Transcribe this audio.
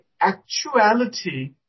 actuality